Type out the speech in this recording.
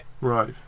Right